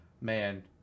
man